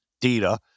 data